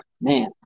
man